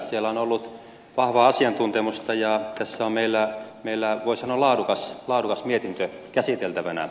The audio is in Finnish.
siellä on ollut vahvaa asiantuntemusta ja tässä on meillä voi sanoa laadukas mietintö käsiteltävänä